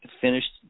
finished